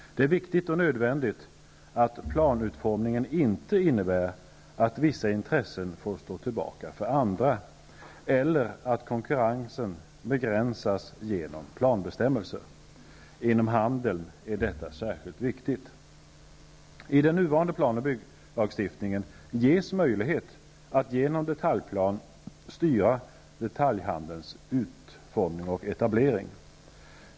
Det är viktigt och nödvändigt att planutformningen inte innebär att vissa intressen får stå tillbaka för andra eller att konkurrensen begränsas genom planbestämmelser. Inom handeln är detta särskilt viktigt. I den nuvarande plan och bygglagstiftningen ges möjlighet att genom detaljplan styra detaljhandelns utformning och etablering.